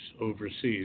overseas